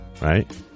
right